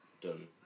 done